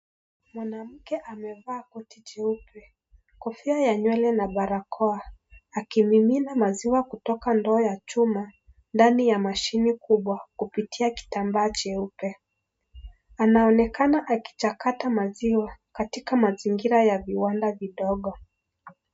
Mwanamke amevaa koti jeupe, kofia ya nywele ,na barakoa akimimina maziwa kutoka ndoo ya chuma ndani ya mashini kubwa kubwa kupitia kitambaa cheupe. Anaonekana akichakata maziwa katika mazingira ya viwanda vidogo.